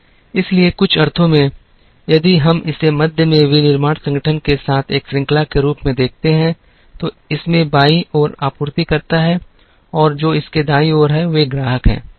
इसलिए कुछ अर्थों में यदि हम इसे मध्य में विनिर्माण संगठन के साथ एक श्रृंखला के रूप में देखते हैं तो इसके बाईं ओर आपूर्तिकर्ता हैं और जो इसके दाईं ओर हैं वे ग्राहक हैं